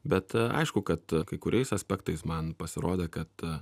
bet aišku kad kai kuriais aspektais man pasirodė kad